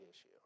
issue